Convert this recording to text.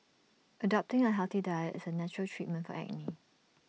adopting A healthy diet is A natural treatment for acne